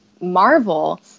Marvel